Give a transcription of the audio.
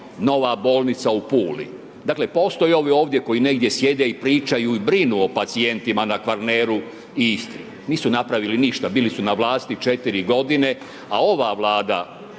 nova bolnica u Puli, dakle postoje ovi ovdje koji negdje sjede i pričaju i brinu o pacijentima na Kvarneru i nisu napravili ništa, bili su na vlasti 4 godina, a ova Vlada